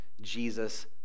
Jesus